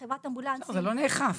חברת אמבולנסים --- אבל זה לא נאכף.